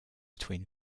between